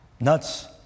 nuts